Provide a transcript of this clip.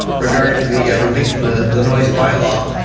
regarding the relief from the the noise by-law.